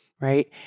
right